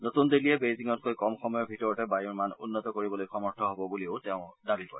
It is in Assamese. নতুন দিল্লীয়ে বেইজিঙতকৈ কম সময়ৰ ভিতৰতে বায়ুৰ মান উন্নত কৰিবলৈ সক্ষম হ'ব বুলিও তেওঁ দাবী কৰে